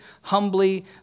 humbly